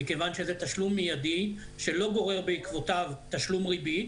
מכיוון שזה תשלום מיידי שלא גורר בעקבותיו תשלום ריבית,